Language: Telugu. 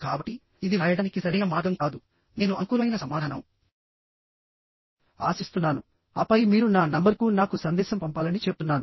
కాబట్టి ఇది వ్రాయడానికి సరైన మార్గం కాదు నేను అనుకూలమైన సమాధానం ఆశిస్తున్నానుఆపై మీరు నా నంబర్కు నాకు సందేశం పంపాలని చెప్తున్నాను